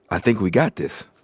i think we got this?